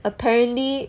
apparently